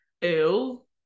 Ew